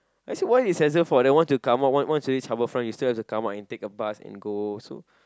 actually why then once you come out once you reach Harbourfront you still have to come out and take the bus and go also